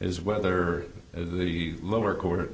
is whether the lower court